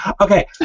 Okay